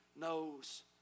knows